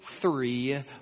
three